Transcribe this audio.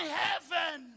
heaven